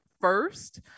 first